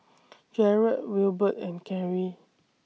Jarod Wilbert and Kerri